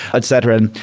etc.